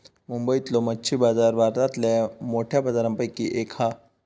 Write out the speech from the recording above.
मुंबईतलो मच्छी बाजार भारतातल्या मोठ्या बाजारांपैकी एक हा